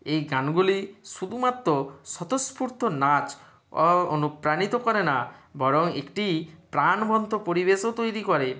এই গানগুলি শুধুমাত্র স্বতঃস্ফূর্ত নাচ ও অনুপ্রাণিত করে না বরং একটি প্রাণবন্ত পরিবেশও তৈরি করে